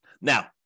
Now